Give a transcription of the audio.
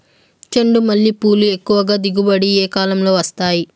చెండుమల్లి పూలు ఎక్కువగా దిగుబడి ఏ కాలంలో వస్తాయి